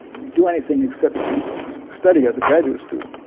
do anything except study as a graduate student.